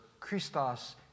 Christos